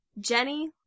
Jenny